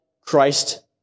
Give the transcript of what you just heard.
Christ